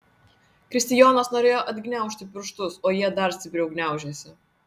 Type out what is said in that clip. kristijonas norėjo atgniaužti pirštus o jie dar stipriau gniaužėsi